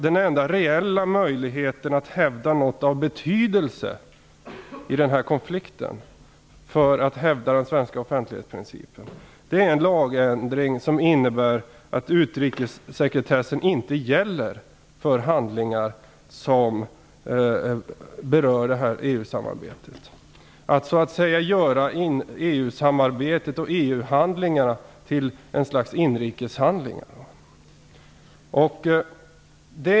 Den enda reella möjligheten att hävda den svenska offentlighetsprincipen i den här konflikten är genom en lagändring som innebär att utrikessekretessen inte gäller för handlingar som berör EU-samarbetet. Att göra EU-samarbetet och EU-handlingarna till ett slags inrikeshandlingar.